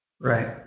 Right